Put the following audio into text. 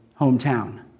hometown